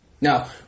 Now